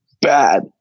bad